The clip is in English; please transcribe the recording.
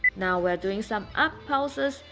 now we're doing some up pulses.